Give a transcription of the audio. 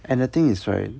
and the thing is right